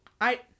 I-